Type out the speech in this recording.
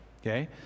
Okay